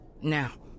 Now